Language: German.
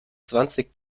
zwanzig